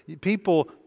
People